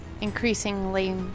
increasingly